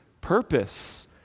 purpose